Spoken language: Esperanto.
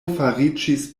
fariĝis